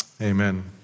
Amen